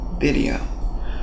video